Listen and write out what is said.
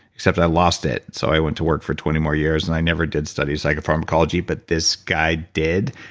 except i lost it, so i went to work for twenty more years and i never did study psychopharmacology, but this guy did.